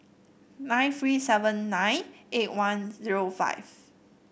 nine three seven nine eight one zero five